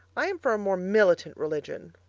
i'm for a more militant religion!